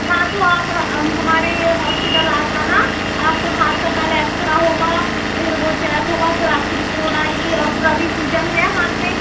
हाँ तो आप हमारे हॉस्पिटल आ जाना आपको हाथ का पहले एक्सरा होगा फिर वो चेक होगा फिर आपकी रिपोर्ट आएगी और फिर अभी सूजन है हाथ में